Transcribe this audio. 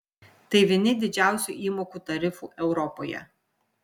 tai vieni didžiausių įmokų tarifų europoje